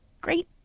great